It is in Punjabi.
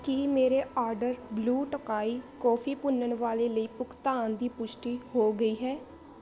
ਕੀ ਮੇਰੇ ਆਰਡਰ ਬਲੁ ਟੋਕਾਈ ਕੌਫੀ ਭੁੰਨਣ ਵਾਲੇ ਲਈ ਭੁਗਤਾਨ ਦੀ ਪੁਸ਼ਟੀ ਹੋ ਗਈ ਹੈ